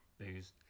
booze